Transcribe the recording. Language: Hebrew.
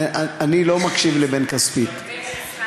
אתה מקשיב לבן כספית?